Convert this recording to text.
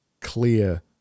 clear